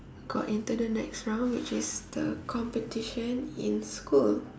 got into the next round which is the competition in school